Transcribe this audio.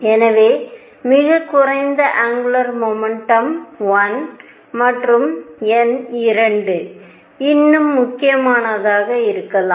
எனவே மிகக் குறைந்த ஆங்குலர் முமெண்டம் 1 மற்றும் எண் 2 இன்னும் முக்கியமானதாக இருக்கலாம்